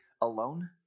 alone